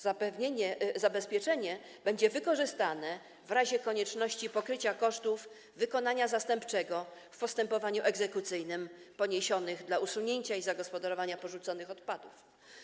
Zabezpieczenie będzie wykorzystane w razie konieczności pokrycia kosztów wykonania zastępczego w postępowaniu egzekucyjnym poniesionych dla usunięcia i zagospodarowania porzuconych odpadów.